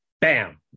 bam